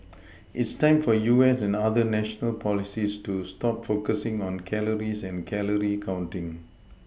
it's time for U S and other national policies to stop focusing on calories and calorie counting